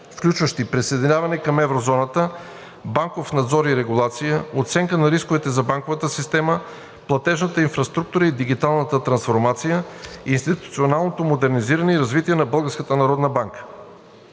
включващи присъединяването към еврозоната; банков надзор и регулация; оценка на рисковете за банковата система; платежната инфраструктура и дигиталната трансформация; институционалното модернизиране и развитие на